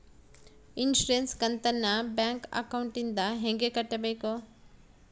Insurance ಕಂತನ್ನ bank ಅಕೌಂಟಿಂದ ಹೆಂಗ ಕಟ್ಟಬೇಕು?